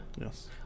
Yes